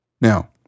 Now